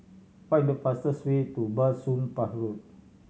find the fastest way to Bah Soon Pah Road